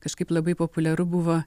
kažkaip labai populiaru buvo